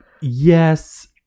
Yes